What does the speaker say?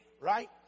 right